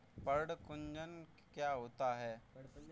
पर्ण कुंचन क्या होता है?